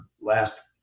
last